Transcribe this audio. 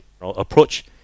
approach